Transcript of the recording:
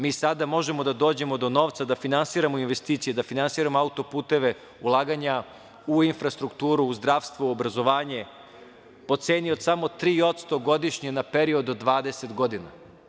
Mi sada možemo da dođemo do novca, da finansiramo investicije, da finansiramo autoputeve, ulaganja u infrastrukturu, u zdravstvo, u obrazovanje, po ceni od samo 3% godišnje, na period od 20 godina.